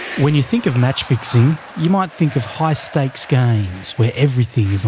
when you think of match fixing, you might think of high stakes games, where everything